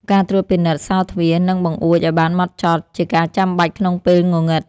ការត្រួតពិនិត្យសោរទ្វារ និងបង្អួចឱ្យបានហ្មត់ចត់ ជាការចាំបាច់ក្នុងពេលងងឹត។